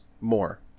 more